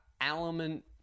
element